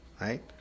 Right